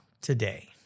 today